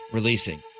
Releasing